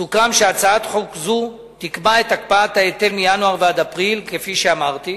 סוכם שהצעת חוק זו תקבע את הקפאת ההיטל מינואר ועד אפריל כפי שאמרתי.